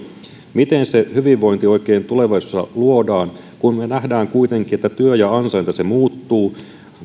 miten se hyvinvointi oikein tulevaisuudessa luodaan kun me näemme kuitenkin että työ ja ansainta muuttuvat